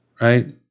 Right